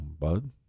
bud